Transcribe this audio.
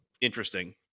interesting